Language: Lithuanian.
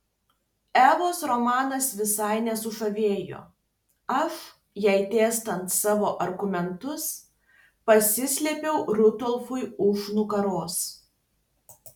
evos romanas visai nesužavėjo aš jai dėstant savo argumentus pasislėpiau rudolfui už nugaros